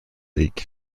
league